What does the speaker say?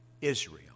Israel